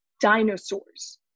dinosaurs